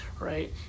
right